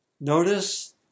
notice